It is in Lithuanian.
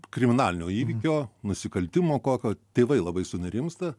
kriminalinio įvykio nusikaltimo kokio tėvai labai sunerimsta